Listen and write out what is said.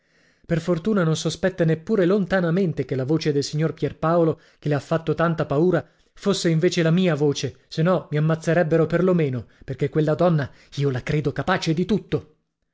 per fortuna non sospetta neppure lontanamente che la voce del signor pierpaolo che le ha fatto tanta paura fosse invece la mia voce se no mi ammazzerebbero per lo meno perché quella donna io la credo capace di tutto